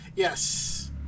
Yes